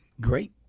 great